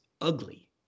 ugly